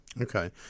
Okay